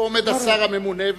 פה עומד השר הממונה,